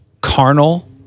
carnal